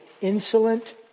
insolent